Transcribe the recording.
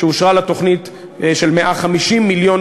שאושרה לה תוכנית של 150 מיליון.